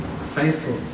faithful